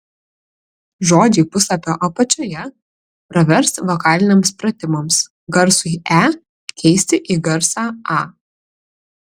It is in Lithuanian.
žodžiai puslapio apačioje pravers vokaliniams pratimams garsui e keisti į garsą a